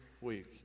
week